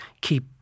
keep